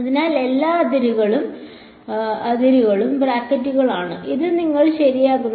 അതിനാൽ എല്ലാ അതിരുകളും ബ്രാക്കറ്റുകളാണ് ഇതാണ് എനിക്ക് ശരിയാകുന്നത്